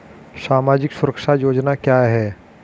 सामाजिक सुरक्षा योजना क्या है?